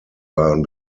waren